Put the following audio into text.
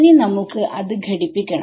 ഇനി നമുക്ക് അത് ഘടിപ്പിക്കണം